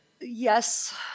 Yes